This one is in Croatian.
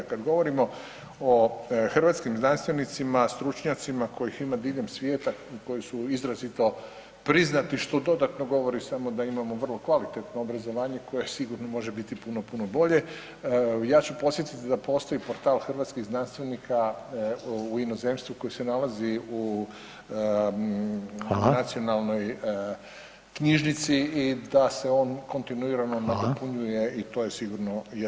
Kada govorimo o hrvatskim znanstvenicima, stručnjacima kojih ima diljem svijeta i koji su izrazito priznati što dodatno govori samo da imamo vrlo kvalitetno obrazovanje koje sigurno može biti puno, puno bolje, ja ću podsjetiti da postoji portal hrvatskih znanstvenika u inozemstvu koji se nalazi u nacionalnoj knjižnici i da se on kontinuirano nadopunjuje i to je sigurno jedan od alata